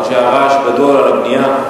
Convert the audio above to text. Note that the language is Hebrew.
אחרי שהיה רעש גדול על הבנייה,